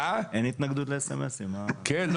אין התנגדות להודעות SMS. בסדר,